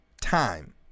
Time